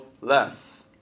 less